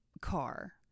car